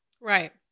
right